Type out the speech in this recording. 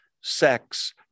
sex